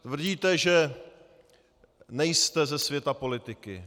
Tvrdíte, že nejste ze světa politiky.